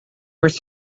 with